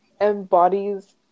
embodies